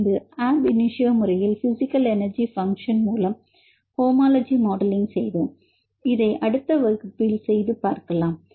பின்பு ab initio முறையில் physical energy function மூலம் ஹோமோலஜி மாடலிங் செய்தோம் இதை அடுத்த வகுப்பில் செய்து பார்க்கலாம்